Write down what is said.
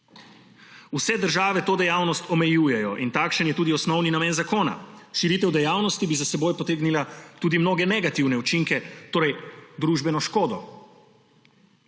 Vse države to dejavnost omejujejo in takšen je tudi osnovni namen zakona. Širitev dejavnosti bi za seboj potegnila tudi mnoge negativne učinke, torej družbeno škodo.